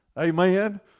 Amen